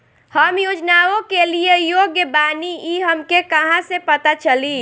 हम योजनाओ के लिए योग्य बानी ई हमके कहाँसे पता चली?